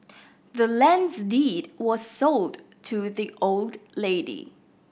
the land's deed was sold to the old lady